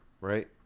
right